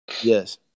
Yes